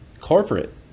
corporate